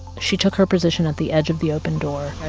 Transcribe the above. she took her position at the edge of the open door